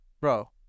Bro